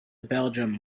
belgium